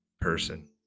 person